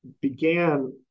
began